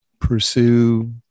pursue